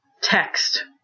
text